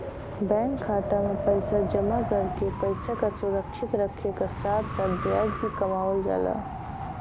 bank खाता में पैसा जमा करके पैसा क सुरक्षित रखे क साथ साथ ब्याज भी कमावल जाला